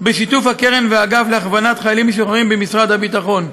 בשיתוף הקרן והאגף להכוונת חיילים משוחררים במשרד הביטחון.